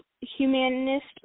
Humanist